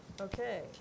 Okay